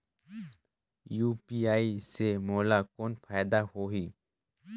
UPI से मोला कौन फायदा होही?